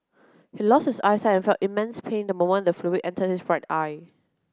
he lost his eyesight and felt immense pain the moment the fluid entered his right eye